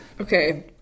Okay